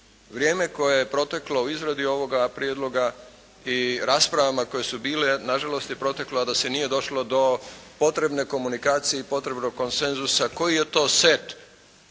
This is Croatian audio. Vrijeme koje je proteklo u izradi ovoga prijedloga i raspravama koje su bile nažalost je proteklo a da se nije došlo do potrebne komunikacije i potrebnog konsenzusa koji je to set